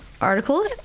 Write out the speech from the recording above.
article